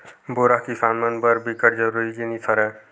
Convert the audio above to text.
बोरा ह किसान मन बर बिकट जरूरी जिनिस हरय